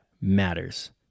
matters